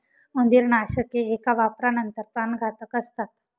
उंदीरनाशके एका वापरानंतर प्राणघातक असतात